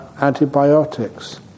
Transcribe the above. antibiotics